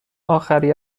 آخری